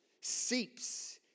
seeps